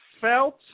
felt